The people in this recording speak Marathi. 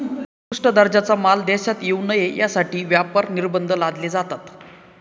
निकृष्ट दर्जाचा माल देशात येऊ नये यासाठी व्यापार निर्बंध लादले जातात